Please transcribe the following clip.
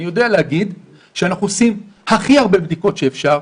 אני יודעת להגיד שאנחנו עושים הכי הרבה בדיקות שאפשר,